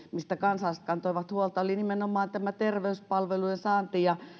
mistä kansalaiset kantoivat huolta olivat nimenomaan terveyspalveluiden saanti ja